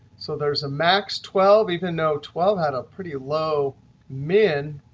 so there's a max twelve, even though twelve had a pretty low min.